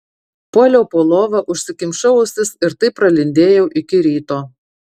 puoliau po lova užsikimšau ausis ir taip pralindėjau iki ryto